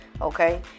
okay